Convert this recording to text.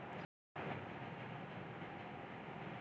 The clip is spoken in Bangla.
ইস্টুডেন্টদের জন্যে আমাদের দেশে অনেক রকমের সাবসিডাইসড লোন পাওয়া যায়